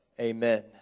Amen